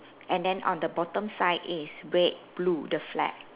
and then on the bottom side it's red blue the flag